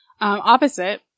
opposite